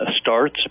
starts